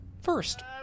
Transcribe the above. first